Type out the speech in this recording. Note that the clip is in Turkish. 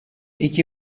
iki